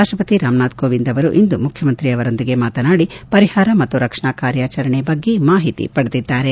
ರಾಪ್ಲಪತಿ ರಾಮ್ನಾಥ್ ಕೋವಿಂದ್ ಅವರು ಇಂದು ಮುಖ್ಯಮಂತ್ರಿ ಅವರೊಂದಿಗೆ ಮಾತನಾಡಿ ಪರಿಹಾರ ಮತ್ತು ರಕ್ಷಣಾ ಕಾರ್ಯಾಚರಣೆ ಬಗ್ಗೆ ಮಾಹಿತಿ ಪಡೆದಿದ್ದಾರೆ